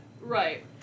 Right